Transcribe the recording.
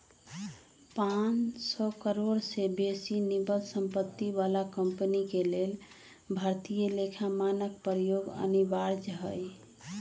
पांन सौ करोड़ से बेशी निवल सम्पत्ति बला कंपनी के लेल भारतीय लेखा मानक प्रयोग अनिवार्य हइ